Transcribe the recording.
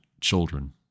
children